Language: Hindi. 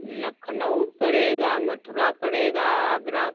लखनऊ पड़ेगा मथुरा पड़ेगा आगरा